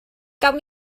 gawn